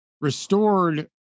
restored